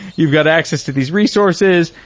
you've got access to these resources.